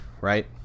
right